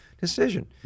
decision